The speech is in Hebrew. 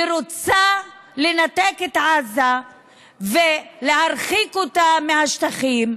היא רוצה לנתק את עזה ולהרחיק אותה מהשטחים,